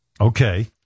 Okay